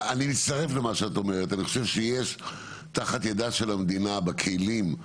אני חושב שיש תחת ידיה של המדינה בכלים,